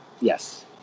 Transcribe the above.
Yes